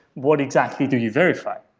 what exactly do you verify?